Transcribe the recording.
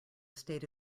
state